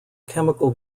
chemical